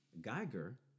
Geiger